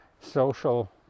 social